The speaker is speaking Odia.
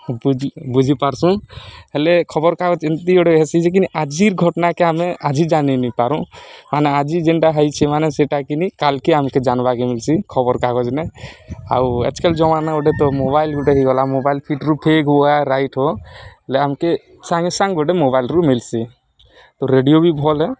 ଆଉ ବୁଝି ବୁଝିପାର୍ସୁଁ ହେଲେ ଖବର୍କାଗଜ୍ ଏନ୍ତି ଗୁଟେ ହେସି ଯେ କିନି ଆଜିର୍ ଘଟଣାକେ ଆମେ ଆଜି ଜାନି ନିପାରୁ ମାନେ ଆଜି ଯେନ୍ଟା ହେଇଛେ ମାନେ ସେଟାକିନି କାଲ୍କେ ଆମ୍କେ ଜାନ୍ବାକେ ମିଲ୍ସି ଖବର୍କାଗଜ୍ନେ ଆଉ ଆଜ୍ କା ଜମାନାନେ ଗୁଟେ ତ ମୋବାଇଲ୍ ଗୁଟେ ହେଇଗଲା ମୋବାଇଲ୍ ଫିଡ଼୍ରୁ ଫେକ୍ ହୁଏ ରାଇଟ୍ ହଉ ହେଲେ ଆମ୍କେ ସାଙ୍ଗେ ସାଙ୍ଗେ ଗୋଟେ ମୋବାଇଲ୍ରୁ ମିଲ୍ସି ତ ରେଡ଼ିଓ ବି ଭଲ୍ ଏ